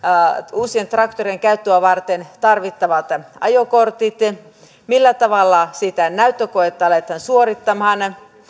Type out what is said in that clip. uusien traktoreiden käyttöä varten tarvittavat ajokortit millä tavalla sitä näyttökoetta aletaan suorittamaan